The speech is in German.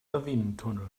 lawinentunnel